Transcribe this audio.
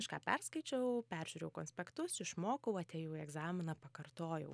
kažką perskaičiau peržiūrėjau konspektus išmokau atėjau į egzaminą pakartojau